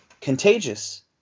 contagious